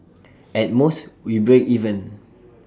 at most we break even